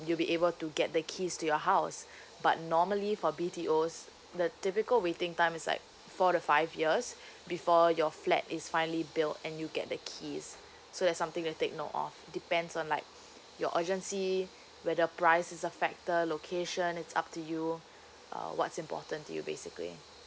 you'll be able to get the keys to your house but normally for B T Os the typical waiting time is like four to five years before your flat is finally built and you get the keys so there's something to take note of depends on like your urgency whether price is a factor location it's up to you uh what's important to you basically